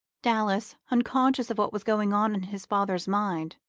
dallas, unconscious of what was going on in his father's mind,